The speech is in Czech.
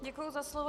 Děkuji za slovo.